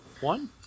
One